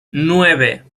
nueve